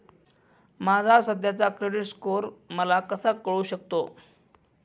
माझा सध्याचा credit score मला कसा कळू शकतो?